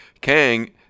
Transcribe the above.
Kang